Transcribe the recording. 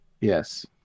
Yes